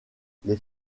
les